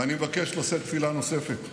ואני מבקש לשאת תפילה נוספת,